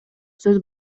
сөз